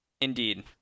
indeed